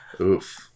Oof